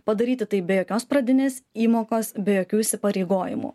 padaryti tai be jokios pradinės įmokos be jokių įsipareigojimų